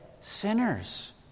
sinners